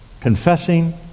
confessing